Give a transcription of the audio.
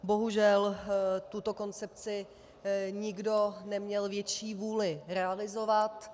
Bohužel tuto koncepci nikdo neměl větší vůli realizovat.